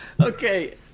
Okay